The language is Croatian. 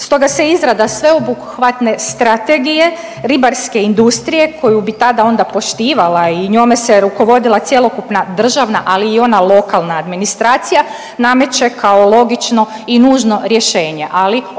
Stoga se izrada sveobuhvatne strategije ribarske industrije koju bi tada onda poštivala i njome se rukovodila cjelokupna državna, ali i ona lokalna administracija, nameće kao logično i nužno rješenje, ali očito